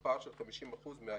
זה פער של 50% מהיעד,